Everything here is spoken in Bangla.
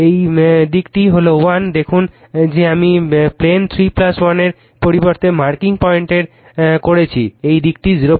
এই দিকটি হল 1 দেখুন যে আমি প্লেন 3 1 এর পরিবর্তে মার্কিংপয়েন্টার করছি এই দিকটি 05